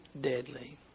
deadly